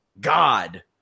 God